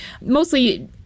mostly